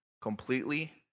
completely